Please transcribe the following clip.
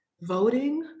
voting